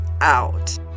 out